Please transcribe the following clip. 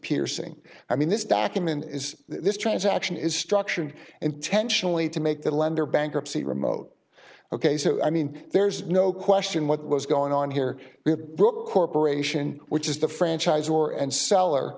piercing i mean this document is this transaction is structured and intentionally to make the lender bankruptcy remote ok so i mean there's no question what was going on here brooke corporation which is the franchise or and seller